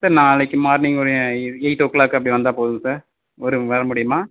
sir நாளைக்கு morning ஒரு eight o'clock அப்படி வந்தால் போதுங் சார் வரமுடியுமா